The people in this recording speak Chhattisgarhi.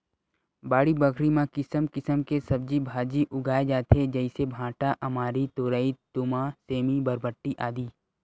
बाड़ी बखरी म किसम किसम के सब्जी भांजी उगाय जाथे जइसे भांटा, अमारी, तोरई, तुमा, सेमी, बरबट्टी, आदि